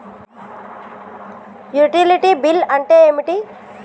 Utility bill అంటే ఏంటిది?